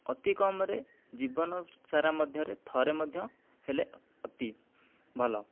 ଅତିକମ୍ ରେ ଜୀବନ ସାରା ମଧ୍ୟରେ ଥରେ ମଧ୍ୟ ହେଲେ ଅତି ଭଲ